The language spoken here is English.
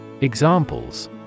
Examples